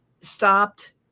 stopped